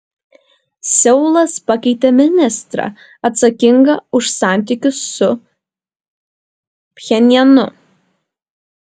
seulas pakeitė ministrą atsakingą už santykius su pchenjanu